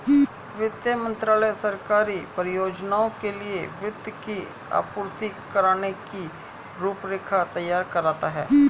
वित्त मंत्रालय सरकारी परियोजनाओं के लिए वित्त की आपूर्ति करने की रूपरेखा तैयार करता है